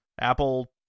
Apple